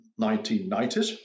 1990s